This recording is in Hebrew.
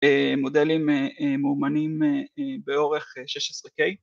‫מודלים מאומנים באורך 16K.